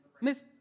Miss